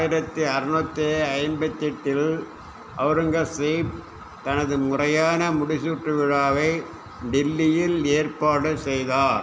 ஆயிரத்தி அறநூற்றி ஐம்பத்தெட்டில் ஔரங்கசீப் தனது முறையான முடிசூட்டு விழாவை டெல்லியில் ஏற்பாடு செய்தார்